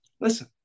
listen